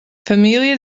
família